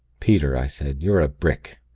peter, i said, you're a brick.